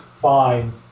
fine